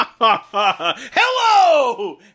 hello